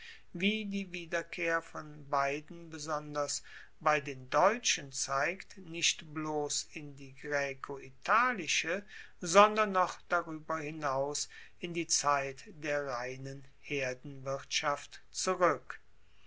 wie die wiederkehr von beiden besonders bei den deutschen zeigt nicht bloss in die graecoitalische sondern noch darueber hinaus in die zeit der reinen herdenwirtschaft zurueck